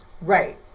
Right